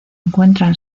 encuentra